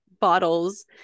bottles